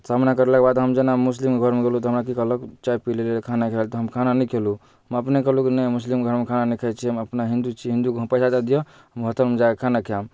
सामना करला कऽ बाद हम जेना मुस्लिम घर मऽ गेलू तऽ हमरा की कहलक चाय पी लै लऽ खाना खाय लऽ तऽ हम खाना नै खेलू हम अपने कहलू की नै हम मुस्लिम के घर मऽ खाना नै खाय छी हम अपना हिंदू छी हमरा पैसा दऽ दिअ हम होटल मऽ जाकऽ खाना खैब